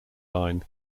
line